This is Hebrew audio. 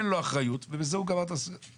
אין לו אחריות, ובזה הוא גמר את הסיפור.